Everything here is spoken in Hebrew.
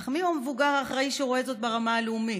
אך מיהו המבוגר האחראי שרואה זאת ברמה הלאומית?